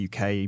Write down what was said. UK